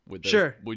Sure